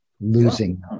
losing